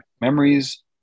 memories